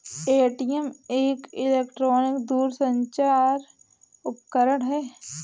ATM एक electronic दूरसंचार उपकरण है